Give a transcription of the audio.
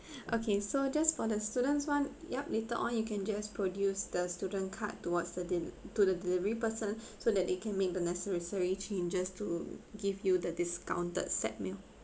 okay so just for the students [one] yup later on you can just produce the student card towards the de~ to the delivery person so that they can make the necessary changes to give you the discounted set meal